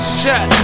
shut